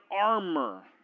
armor